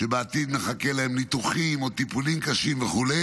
שבעתיד מחכים להם ניתוחים או טיפולים קשים וכו',